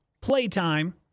playtime